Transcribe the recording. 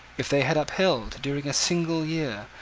if they had upheld, during a single year,